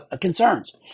concerns